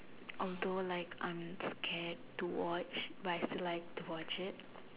although like I'm scared to watch to but I still like to watch it